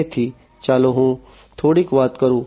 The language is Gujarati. તેથી ચાલો હું થોડીક વાત કરું